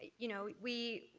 you know, we